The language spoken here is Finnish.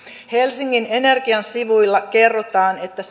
helsingin energian sivuilla kerrotaan että